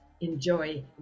Enjoy